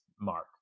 mark